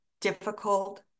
difficult